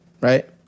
right